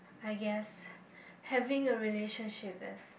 I guess having a relationship is